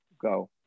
go